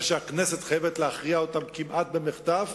ושהכנסת חייבת להכריע בהן כמעט במחטף,